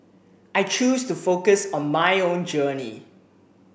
I choose to focus on my own journey